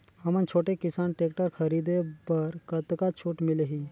हमन छोटे किसान टेक्टर खरीदे बर कतका छूट मिलही?